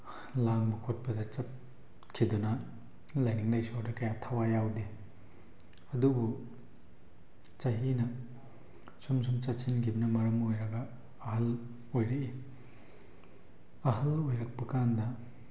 ꯂꯥꯡꯕ ꯈꯣꯠꯄꯗ ꯆꯠꯈꯤꯗꯅ ꯂꯥꯏꯅꯤꯡ ꯂꯥꯏꯁꯣꯟꯗ ꯀꯌꯥ ꯊꯋꯥꯏ ꯌꯥꯎꯗꯦ ꯑꯗꯨꯕꯨ ꯆꯍꯤꯅ ꯁꯨꯝ ꯁꯨꯝ ꯆꯠꯁꯤꯟꯈꯤꯕꯅ ꯃꯔꯝ ꯑꯣꯏꯔꯒ ꯑꯍꯜ ꯑꯣꯏꯔꯛꯏ ꯑꯍꯜ ꯑꯣꯏꯔꯛꯄ ꯀꯥꯟꯗ